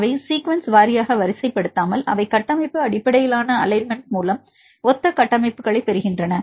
அவை சீக்குவன்ஸ் வாரியாக வரிசைப்படுத்தாமல் அவை கட்டமைப்பு அடிப்படையிலான அலைன்மெண்ட் மூலம் ஒத்த கட்டமைப்புகளைப் பெறுகின்றன